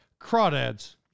crawdads